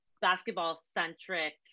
basketball-centric